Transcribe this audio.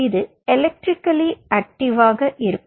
இது எலெக்ட்ரிக்கல்லி ஆக்ட்டிவாக இருக்கும்